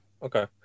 okay